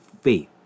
faith